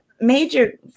major